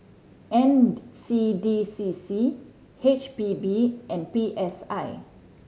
N C D C C H P B and P S I